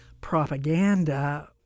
propaganda